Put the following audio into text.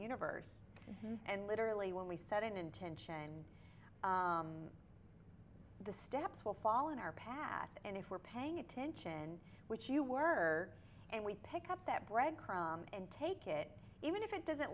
universe and literally when we set an intention the steps will fall on our path and if we're paying attention which you were and we pick up that bread crumb and take it even if it doesn't